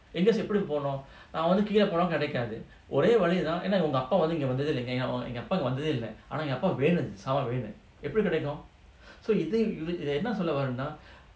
எங்கபண்ணிபார்க்கணும்எனாகீழபோனகெடைக்காதுஒரேவழிஇதான்எங்கஅப்பாஇங்கவந்ததேஇல்லஆனாஎங்கஅப்பாக்குவேணும்இந்தசாமான்வேணும்எப்படிகிடைக்கும்:enga panni parkanum yena keela pona kedaikathu ore vazhi idhan enga appa inga vandhathe illa ana enga appaku venum indha saman venum epdi kedaikum so you think என்னசொல்லவறேனா:enna solla varena